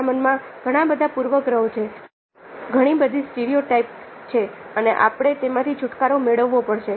આપણા મનમાં ઘણા બધા પૂર્વગ્રહો છે ઘણી બધી સ્ટીરીયોટાઈપ છે અને આપણે તેમાંથી છુટકારો મેળવવો પડશે